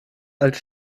als